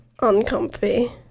uncomfy